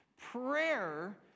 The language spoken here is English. Prayer